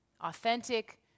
Authentic